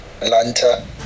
Atlanta